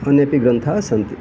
अन्यपि ग्रन्थाः सन्ति